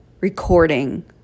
recording